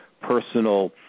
personal